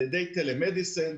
על-ידי טלא-מדיצין,